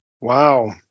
Wow